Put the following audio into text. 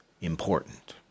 important